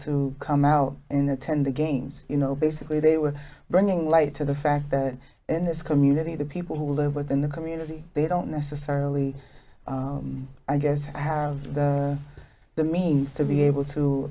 to come out and attend the games you know basically they were bringing light to the fact that in this community the people who live within the community they don't necessarily i guess have the means to be able to